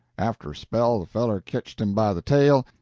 after a spell the feller ketched him by the tail,